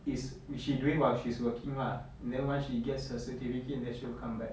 is she doing while she's working lah and then once she gets her certificate and then she will come back